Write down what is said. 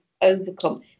overcome